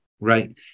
right